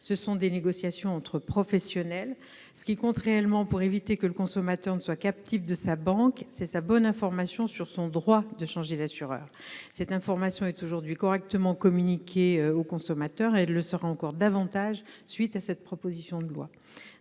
Ce sont des négociations entre professionnels. Ce qui compte réellement, pour que le consommateur ne soit pas captif de sa banque, c'est sa bonne information sur son droit de changer d'assureur. Or cette information est aujourd'hui correctement communiquée aux consommateurs et elle le sera davantage encore si la proposition de loi